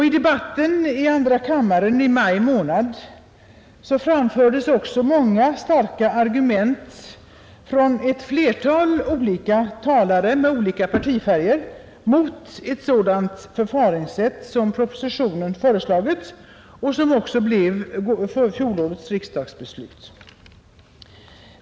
Under debatten i andra kammaren i maj månad framfördes också många starka argument av ett flertal olika talare med olika partifärg mot ett sådant förfaringssätt som propositionen föreslagit och som beslutades av riksdagen.